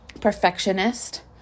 perfectionist